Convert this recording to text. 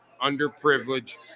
underprivileged